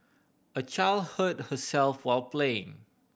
a child hurt herself while playing